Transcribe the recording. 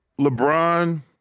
LeBron